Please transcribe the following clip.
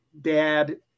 dad